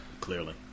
Clearly